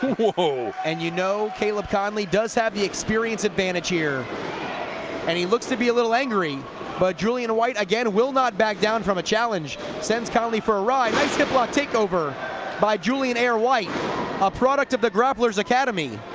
whoa bc and you know caleb konley does have the experience advantage here and he looks to be a little angry but juilian whyt again will not back down from a challenge send konley for a ride nice hip lock take over by juilian air whyt a product of the grapplers academy